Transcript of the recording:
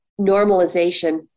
Normalization